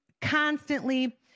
constantly